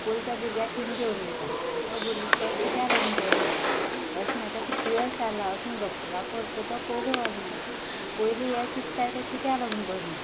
पयलीं त्या भुरग्या थिंग घेवन वयताय तो भुरगो किद्या लागून बरो ना अशे ना ताका दुयेंस जालां अशें म्हण डॉक्टरा को व्हरतली थंय पयलीं व्हरनाय पयलीं हें चित्ताय ते किद्या लागन बरें ना